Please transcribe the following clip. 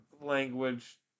language